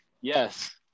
yes